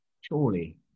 surely